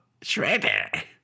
Shredder